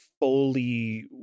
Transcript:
fully